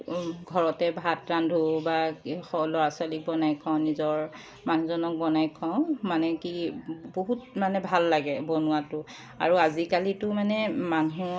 ঘৰতে ভাত ৰান্ধো বা ল'ৰা ছোৱালীক বনাই খোৱাওঁ নিজৰ মানুহজনক বনাই খোৱাওঁ মানে কি বহুত মানে ভাল লাগে বনোৱাতো আৰু আজিকালিতো মানে মানুহৰ